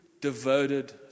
devoted